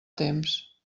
temps